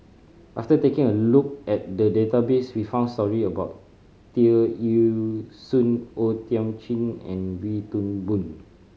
after taking a look at the database we found story about Tear Ee Soon O Thiam Chin and Wee Toon Boon